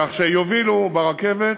כך שיובילו ברכבת,